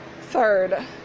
Third